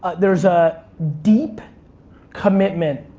there's a deep commitment,